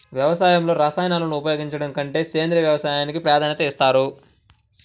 వ్యవసాయంలో రసాయనాలను ఉపయోగించడం కంటే సేంద్రియ వ్యవసాయానికి ప్రాధాన్యత ఇస్తారు